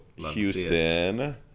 Houston